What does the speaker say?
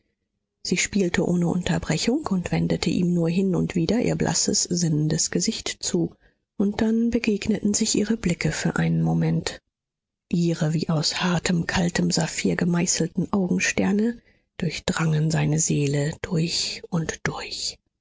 sie spielte ohne unterbrechung und wendete ihm nur hin und wieder ihr blasses sinnendes gesicht zu und dann begegneten sich ihre blicke für einen moment ihre wie aus hartem kaltem saphir gemeißelten augensterne durchdrangen seine seele durch und durch